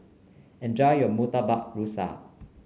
enjoy your Murtabak Rusa